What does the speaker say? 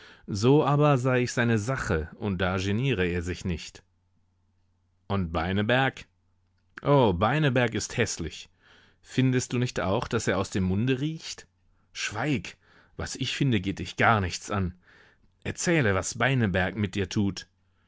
so aber sei ich seine sache und da geniere er sich nicht und beineberg o beineberg ist häßlich findest du nicht auch daß er aus dem munde riecht schweig was ich finde geht dich gar nichts an erzähle was beineberg mit dir tut